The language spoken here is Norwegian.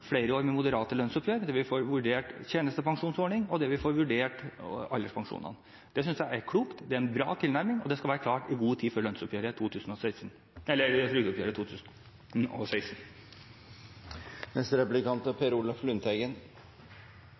flere år med moderate lønnsoppgjør, der vi får vurdert tjenestepensjonsordningen, og der vi får vurdert alderspensjonene. Det synes jeg er klokt. Det er en bra tilnærming, og det skal være klart i god tid før trygdeoppgjøret i 2016.